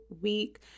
week